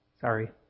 Sorry